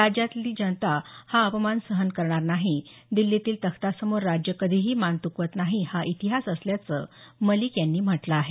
राज्यातील जनता हा अपमान सहन करणार नाही दिछीतील तख्तासमोर राज्य कधीही मान तुकवत नाही हा इतिहास असल्याचं मलिक यांनी म्हटलं आहे